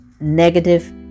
negative